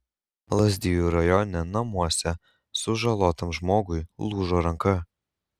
lazdijų rajone namuose sužalotam žmogui lūžo ranka